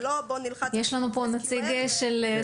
זה לא בואו נלחץ על SQL --- יש לנו פה נציג של סורוקה,